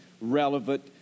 relevant